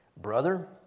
Brother